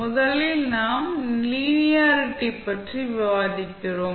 முதலில் நாம் லீனியாரிட்டி பற்றி விவாதிக்கிறோம்